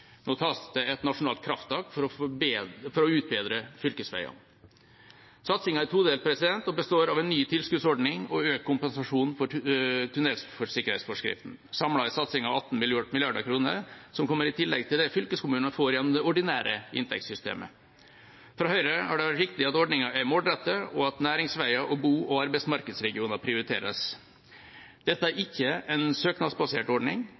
Nå tas det et nasjonalt krafttak for å utbedre fylkesveiene. Satsingen er todelt og består av en ny tilskuddsordning og økt kompensasjon for tunnelsikkerhetsforskriften. Samlet er satsingen på 18 mrd. kr, som kommer i tillegg til det fylkeskommunene får gjennom det ordinære inntektssystemet. For Høyre har det vært viktig at ordningen er målrettet, og at næringsveier og bo- og arbeidsmarkedsregioner prioriteres. Dette er ikke en søknadsbasert ordning.